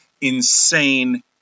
insane